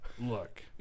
look